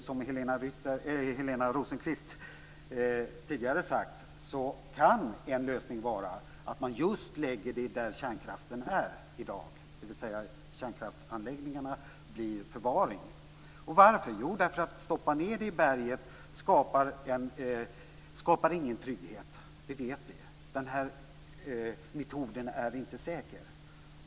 Som Helena Hillar Rosenqvist tidigare sagt kan en lösning vara att man lägger avfallet just där kärnkraften finns i dag, dvs. kärnkraftsanläggningarna blir förvaring. Varför? Jo, att stoppa ned det i berget skapar ingen trygghet. Det vet vi. Den metoden är inte säker.